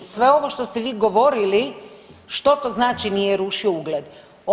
Sve ovo što ste vi govorili što to znači nije rušio ugled?